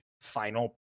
final